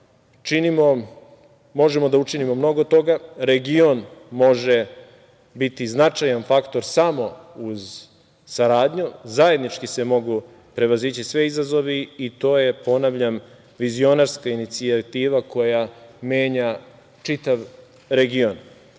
možemo da učinimo mnogo toga. Region može biti značajan faktor samo uz saradnju. Zajednički se mogu prevazići svi izazovi i to je, ponavljam, vizionarska inicijativa koja menja čitav region. Ako